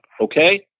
okay